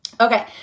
Okay